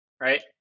right